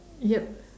yup